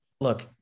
Look